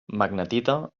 magnetita